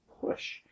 push